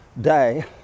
day